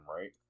right